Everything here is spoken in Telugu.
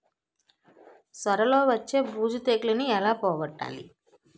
సొర లో వచ్చే బూజు తెగులని ఏల పోగొట్టాలి?